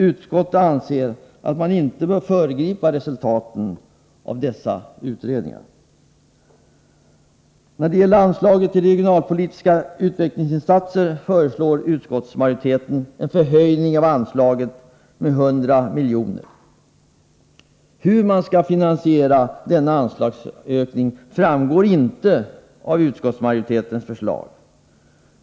Utskottet anser att man inte bör föregripa resultaten av dessa utredningar. När det gäller anslaget till regionala utvecklingsinsatser föreslår utskottsmajoriteten en höjning med 100 milj.kr. Hur man skall finansiera denna anslagsökning framgår inte av utskottsmajoritetens förslag.